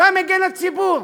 אתה מגן הציבור.